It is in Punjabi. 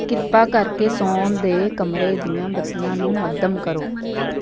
ਕਿਰਪਾ ਕਰਕੇ ਸੌਣ ਦੇ ਕਮਰੇ ਦੀਆਂ ਬੱਤੀਆਂ ਨੂੰ ਮੱਧਮ ਕਰੋ